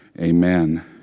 Amen